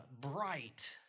bright